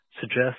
suggest